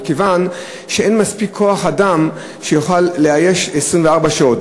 מכיוון שאין מספיק כוח-אדם כדי לאייש 24 שעות,